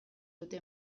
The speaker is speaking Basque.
dute